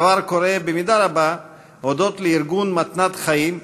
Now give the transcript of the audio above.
הדבר קורה במידה רבה הודות לארגון "מתנת חיים",